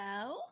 hello